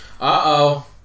Uh-oh